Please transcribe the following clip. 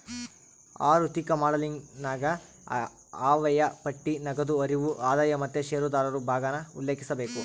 ಆಋಥಿಕ ಮಾಡೆಲಿಂಗನಾಗ ಆಯವ್ಯಯ ಪಟ್ಟಿ, ನಗದು ಹರಿವು, ಆದಾಯ ಮತ್ತೆ ಷೇರುದಾರರು ಭಾಗಾನ ಉಲ್ಲೇಖಿಸಬೇಕು